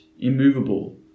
immovable